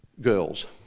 Girls